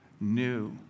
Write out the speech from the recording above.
new